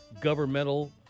governmental